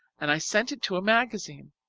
and i sent it to a magazine.